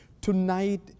Tonight